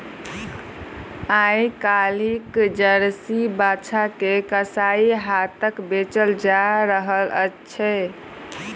आइ काल्हि जर्सी बाछा के कसाइक हाथेँ बेचल जा रहल छै